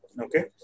Okay